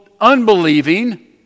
unbelieving